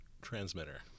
transmitter